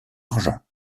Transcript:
argent